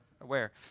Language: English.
aware